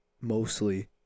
mostly